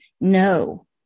No